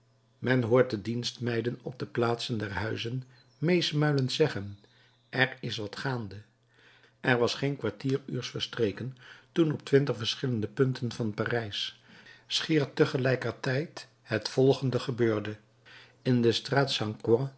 men hoort de dienstmeiden op de plaatsen der huizen meesmuilend zeggen er is wat gaande er was geen kwartieruurs verstreken toen op twintig verschillende punten van parijs schier tegelijkertijd het volgende gebeurde in de straat